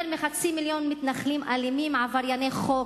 יותר מחצי מיליון מתנחלים אלימים, עברייני חוק,